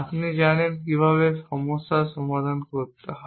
আপনি জানেন কীভাবে সমস্যার সমাধান করতে হয়